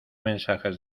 mensajes